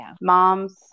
moms